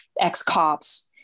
ex-cops